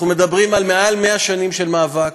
אנחנו מדברים על מעל 100 שנים של מאבק.